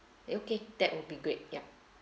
okay that would be great ya